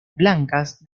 blancas